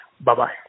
Bye-bye